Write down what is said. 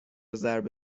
ضرب